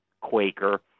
Quaker